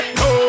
no